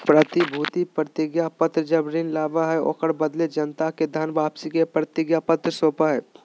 प्रतिभूति प्रतिज्ञापत्र जब ऋण लाबा हइ, ओकरा बदले जनता के धन वापसी के प्रतिज्ञापत्र सौपा हइ